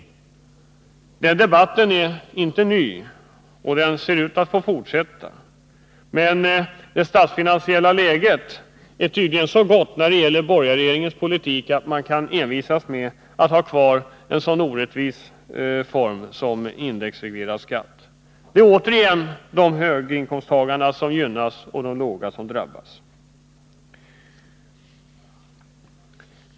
Den debatten är inte ny, och den ser ut att få fortsätta. Enligt borgarregeringens politik är det statsfinansiella läget tydligen så gott att man envisas med att ha kvar en så orättvis form som indexreglering av skatt. Det är återigen höginkomsttagarna som gynnas och låginkomsttagarna som drabbas.